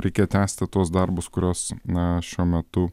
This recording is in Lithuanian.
reikia tęsti tuos darbus kuriuos na šiuo metu